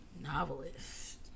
Novelist